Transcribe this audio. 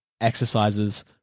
exercises